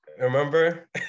Remember